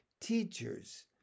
teachers